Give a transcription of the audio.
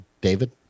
David